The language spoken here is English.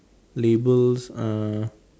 labels uh